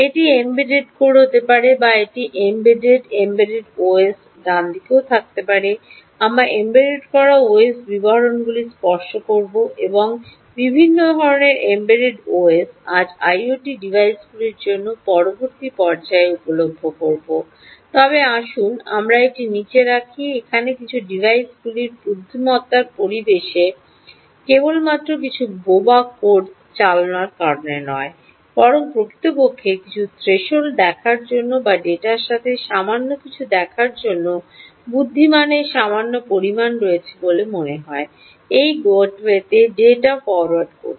এটি embed code হতে পারে বা এটি এমবেডড ওএস এম্বেড করা ওএস ডানদিকেও থাকতে পারে আমরা এম্বেড করা ওএসের বিবরণগুলি স্পর্শ করব এবং বিভিন্ন ধরণের এমবেডড ওএস আজ আইওটি ডিভাইসগুলির জন্য পরবর্তী পর্যায়ে উপলভ্য হবে তবে আসুন আমরা এটি নীচে রাখি এখানে কিছু এই ডিভাইসগুলিতে বুদ্ধিমত্তার পরিমাণ কেবলমাত্র কিছু বোবা কোড চালনার কারণে নয় বরং প্রকৃতপক্ষে কিছু থ্রেশহোল্ডগুলি দেখার জন্য বা ডেটার সাথে সামান্য কিছু দেখার জন্য বুদ্ধিমানের সামান্য পরিমাণ রয়েছে বলে মনে হয় এই গেটওয়েতে ডেটা ফরোয়ার্ড করছে